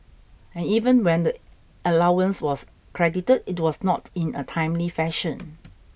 and even when the allowance was credited it was not in a timely fashion